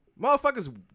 Motherfuckers